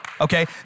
Okay